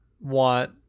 want